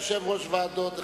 יושב-ראש ועדות,